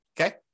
okay